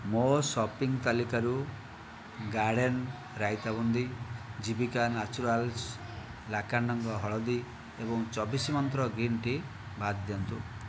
ମୋ ସପିଙ୍ଗ ତାଲିକାରୁ garden raita boondi Jeevika Naturals Lakadong ହଳଦୀ ଏବଂ ଚବିଶ ମନ୍ତ୍ର ଗ୍ରୀନ୍ ଟି ବାଦ ଦିଅନ୍ତୁ